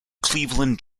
cleveland